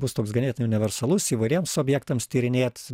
bus toks ganėtinai universalus įvairiems objektams tyrinėt